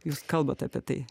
jūs kalbat apie tai